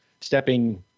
stepping